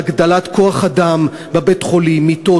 להגדלת כוח-אדם בבית-החולים: למיטות,